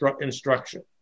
instruction